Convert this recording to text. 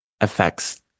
affects